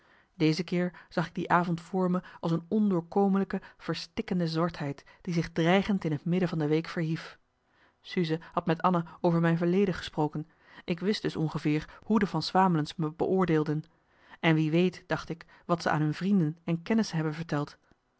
deze keer zag ik die avond voor me als een ondoorkomelijke verstikkende zwartheid die zich dreigend in het midden van de week verhief suze had met anna over mijn verleden gesproken ik wist dus ongeveer hoe de van swamelens me beoordeelden en wie weet dacht ik wat ze aan hun vrienden en kennissen hebben verteld